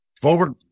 forward